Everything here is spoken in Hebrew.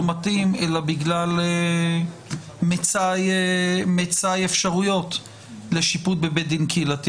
מתאים אלא בגלל מצאי אפשרויות לשיפוט בבית דין קהילתי.